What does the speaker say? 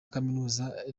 kaminuza